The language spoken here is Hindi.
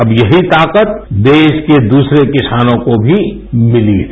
अब यही ताकत देश के दूसरे किसानों को भी मिली है